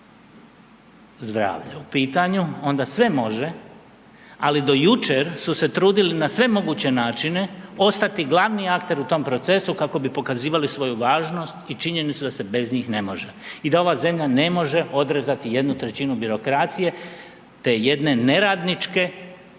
zdravlje u pitanju onda sve može. Ali do jučer su se trudili na svemoguće načine ostati glavni akter u tom procesu kako bi pokazivali svoju važnost i činjenicu da se bez njih ne može i da ova zemlja ne može odrezati jednu trećinu birokracije, te jedne neradničke,